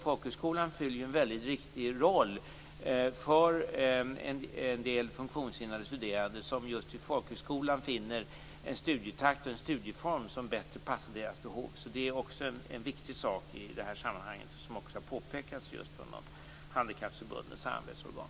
Folkhögskolan spelar en väldigt viktig roll för en del funktionshindrade studerande som just vid folkhögskolan finner en studietakt och en studieform som bättre passar deras behov. Det är också en viktig sak i det här sammanhanget, som också har påpekats av Handikappförbundens samarbetsorgan.